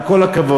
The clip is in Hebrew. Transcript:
עם כל הכבוד,